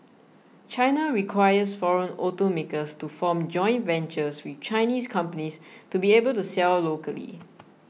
China requires foreign automakers to form joint ventures with Chinese companies to be able to sell locally